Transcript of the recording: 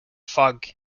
fog